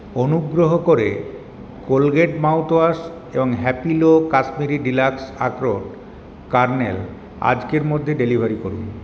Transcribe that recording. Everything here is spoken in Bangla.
অনুগ্রহ করে কোলগেট মাউথওয়াশ এবং হ্যাপিলো কাশ্মীরি ডিলাক্স আখরোট কার্নেল আজকের মধ্যে ডেলিভারি করুন